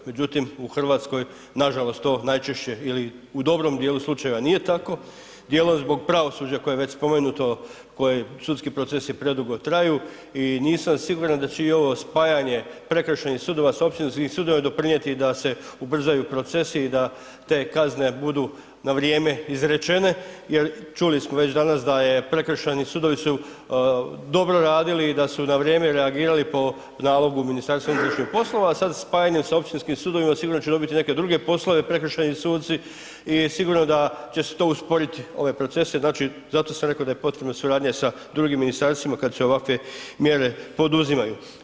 Međutim, u Hrvatskoj nažalost to najčešće ili u dobrom dijelu slučajeva nije tako dijelom zbog pravosuđa koje je već spomenuto koje sudski procesi predugo traju i nisam siguran da će i ovo spajanje prekršajnih sudova sa općinskim sudovima doprinijeti da se ubrzaju procesi i da te kazne budu na vrijeme izrečene jer čuli smo već danas da je prekršajni sudovi su dobro radili i da su na vrijeme reagirali po nalogu MUP-a a sada spajanjem sa općinskim sudovima sigurno će dobiti i neke druge poslove prekršajni suci i sigurno da će to usporiti ove procese, znači zato sam rekao da je potrebna suradnja sa drugim ministarstvima kada se ovakve mjere poduzimaju.